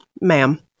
ma'am